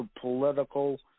political